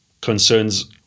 concerns